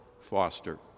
Foster